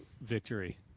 victory